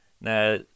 Now